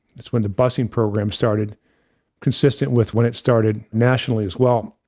that's when the busing program started consistent with when it started nationally as well.